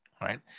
right